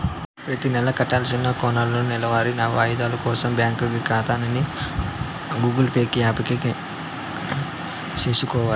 ప్రతినెలా కట్టాల్సిన కార్లోనూ, నెలవారీ వాయిదాలు కోసరం బ్యాంకు కాతాని గూగుల్ పే కి యాప్ సేసుకొవాల